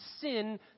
sin